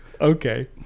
okay